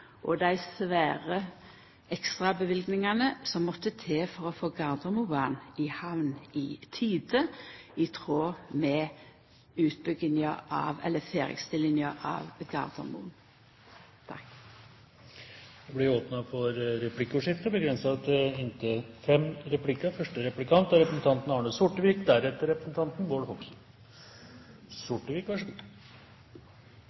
og dei svære ekstraløyvingane som måtte til for å få Gardermobanen i hamn i tide, i tråd med ferdigstillinga av Gardermoen. Det blir replikkordskifte, begrenset til inntil fem